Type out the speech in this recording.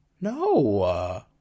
No